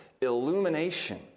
illumination